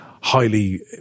highly